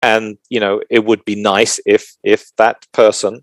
And , you know, it would be nice if if that person...